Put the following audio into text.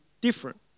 different